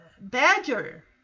Badger